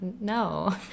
no